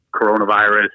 coronavirus